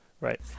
right